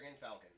falcon